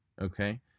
okay